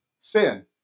sin